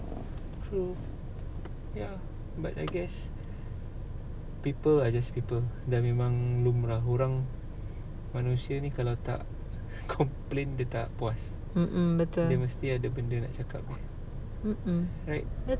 true ya but I guess people are just people dah memang lumrah orang manusia ni kalau tak complain dia tak puas dia mesti ada benda nak cakap right